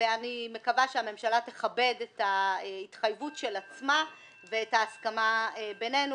ואני מקווה שהממשלה תכבד את ההתחייבות של עצמה ואת ההסכמה בינינו,